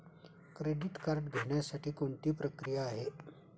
Credit card घेण्यासाठी कोणती प्रक्रिया आहे?